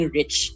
rich